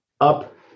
up